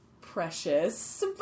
precious